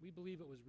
we believe it was